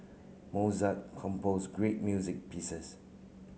Mozart compose great music pieces